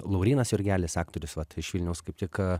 laurynas jurgelis aktorius vat iš vilniaus kaip tik